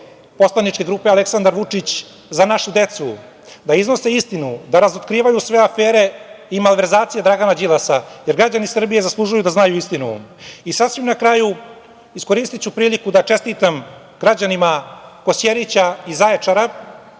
poslaničke grupe Aleksadar Vučić – Za našu decu da iznose istinu, da razotkrivaju sve afere i malverzacije Dragana Đilasa, jer građani Srbije zaslužuju da znaju istinu. Sasvim na kraju ću iskoristiti priliku da čestitam građanima Kosjerića i Zaječara